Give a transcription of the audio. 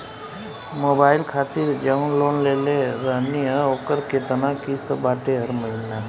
Mobile खातिर जाऊन loan लेले रहनी ह ओकर केतना किश्त बाटे हर महिना?